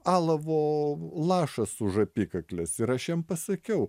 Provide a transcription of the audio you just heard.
alavo lašas už apykaklės ir aš jam pasakiau